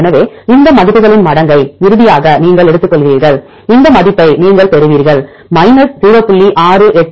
எனவே இந்த மதிப்புகளின் மடக்கை இறுதியாக நாங்கள் எடுத்துக்கொள்கிறோம் இந்த மதிப்பை நீங்கள் பெறுவீர்கள் 0